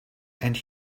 and